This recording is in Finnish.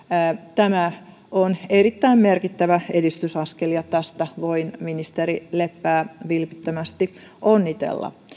tämä on erittäin merkittävä edistysaskel ja tästä voin ministeri leppää vilpittömästi onnitella